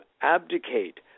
abdicate